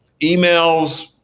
emails